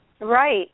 Right